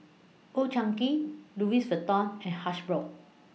Old Chang Kee Louis Vuitton and Hasbro